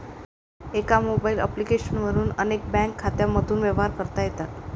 एका mobile application वरून अनेक बँक खात्यांमधून व्यवहार करता येतात